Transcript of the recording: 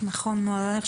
זה דבר שנצטרך,